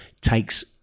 takes